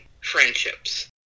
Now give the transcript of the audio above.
friendships